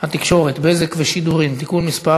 התקשורת (בזק ושידורים) (תיקון מס'